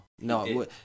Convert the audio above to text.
no